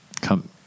Come